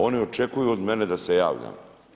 Oni očekuju od mene da se javljam.